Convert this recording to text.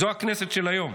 זו הכנסת של היום.